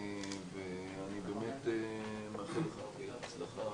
אני באמת מאחל לך, אבי, הצלחה